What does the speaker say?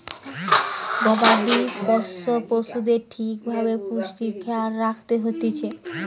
গবাদি পোষ্য পশুদের ঠিক ভাবে পুষ্টির খেয়াল রাখত হতিছে